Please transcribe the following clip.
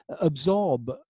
absorb